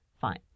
Fine